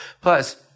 Plus